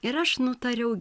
ir aš nutariau